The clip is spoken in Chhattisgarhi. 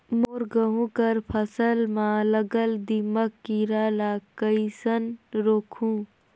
मोर गहूं कर फसल म लगल दीमक कीरा ला कइसन रोकहू?